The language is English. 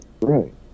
Right